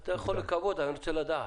אתה יכול לקוות, אבל אני רוצה לדעת,